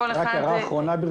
רק הערה אחרונה בעניין הזה,